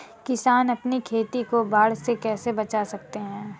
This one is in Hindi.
किसान अपनी खेती को बाढ़ से कैसे बचा सकते हैं?